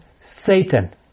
Satan